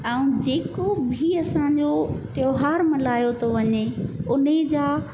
ऐं जेको बि असांजो त्योहार मल्हायो थो वञे उन्हीअ जा